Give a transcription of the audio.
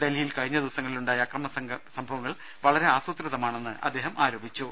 ഡൽഹിയിൽ കഴിഞ്ഞ ദിവസങ്ങളിലുണ്ടായ അക്രമങ്ങൾ വളരെ ആസൂത്രിതമാണെന്ന് അദ്ദേഹം ആരോപിച്ചു